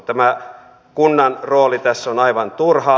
tämä kunnan rooli tässä on aivan turha